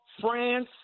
France